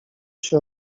się